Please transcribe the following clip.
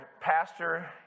pastor